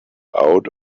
out